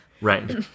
Right